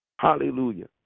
Hallelujah